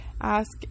ask